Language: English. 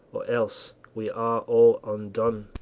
or else we are all undone.